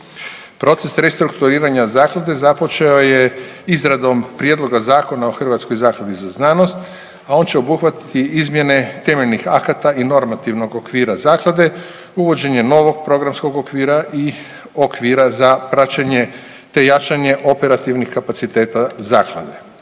Proces restrukturiranja zaklade započeo je izradom Prijedloga Zakona o Hrvatskoj zakladi za znanost, a on će obuhvatiti izmjene temeljnih akata i normativnog okvira zaklade uvođenje novog programskog okvira i okvira za praćenje te jačanje operativnih kapaciteta zaklade.